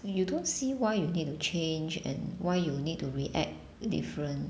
you don't see why you need to change and why you need to react different